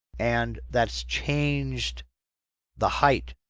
and that's changed the height